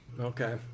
Okay